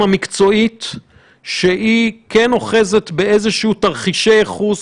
המטרה היא שלא יצטרכו את השב"כ,